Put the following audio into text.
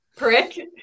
prick